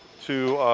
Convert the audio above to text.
to